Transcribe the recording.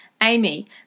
Amy